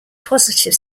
positive